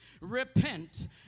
repent